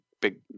big